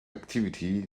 activity